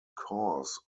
cause